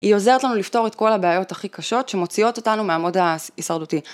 היא עוזרת לנו לפתור את כל הבעיות הכי קשות שמוציאות אותנו מעמוד ההישרדותי.